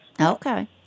Okay